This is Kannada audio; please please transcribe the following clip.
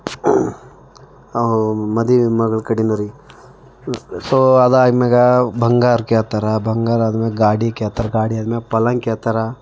ಹಾಂ ಮದುವೆ ಮಗಳು ಕಡೆಯೋರಿಗೆ ಸೋ ಅದಾದ್ಮ್ಯಾಗೆ ಬಂಗಾರ ಕೇಳ್ತಾರೆ ಬಂಗಾರ ಆದ್ಮ್ಯಾಗೆ ಗಾಡಿ ಕೇಳ್ತಾರೆ ಗಾಡಿ ಆದ್ಮ್ಯಾಗೆ ಪಲ್ಲಂಗ ಕೇಳ್ತಾರೆ